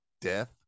Death